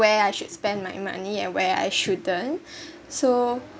where I should spend my money and where I shouldn't so